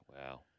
Wow